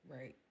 Right